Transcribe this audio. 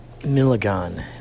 Milligan